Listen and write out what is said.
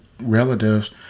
relatives